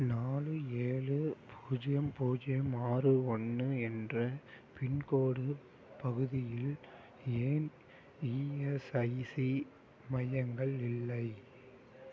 நாலு ஏழு பூஜ்ஜியம் பூஜ்ஜியம் ஆறு ஒன்று என்ற பின்கோடு பகுதியில் ஏன் இஎஸ்ஐசி மையங்கள் இல்லை